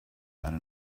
eine